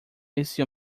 esse